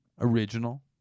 original